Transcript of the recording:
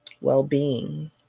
well-being